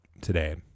today